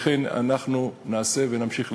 לכן, נעשה ונמשיך לעשות.